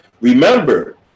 remember